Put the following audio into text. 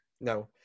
No